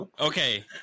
Okay